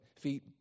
feet